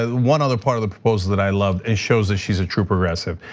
ah one other part of the proposals that i loved, it shows that she's a true progressive.